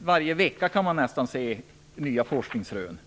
Varje vecka kommer det nya forskningsrön.